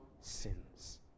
sins